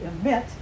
emit